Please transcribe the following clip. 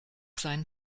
seinen